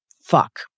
fuck